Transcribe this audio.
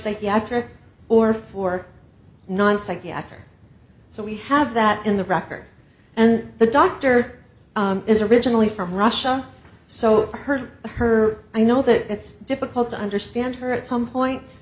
psychiatric or for non psychiatric so we have that in the record and the doctor is originally from russia so i heard her i know that it's difficult to understand her at some point